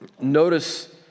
Notice